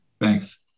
Thanks